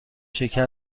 شکر